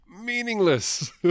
meaningless